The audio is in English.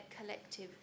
collective